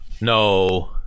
No